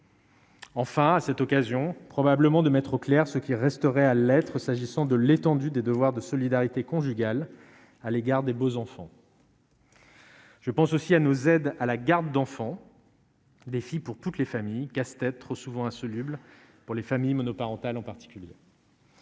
Enfin, à cette occasion, probablement de mettre au clair ce qui resterait à l'être, s'agissant de l'étendue des devoirs de solidarité conjugale à l'égard des Besançon. Je pense aussi à nos aides à la garde d'enfants, des filles pour toutes les familles casse-tête trop souvent insoluble pour les familles monoparentales, en particulier.